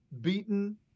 beaten